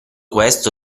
questo